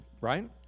Right